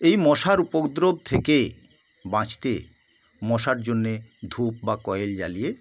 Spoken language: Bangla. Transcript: এই মশার উপদ্রব থেকে বাঁচতে মশার জন্যে ধূপ বা কয়েল জ্বালিয়ে